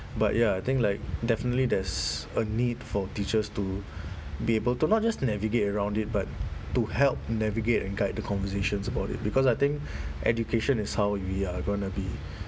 but ya I think like definitely there's a need for teachers to be able to not just navigate around it but to help navigate and guide the conversations about it because I think education is how we are going to be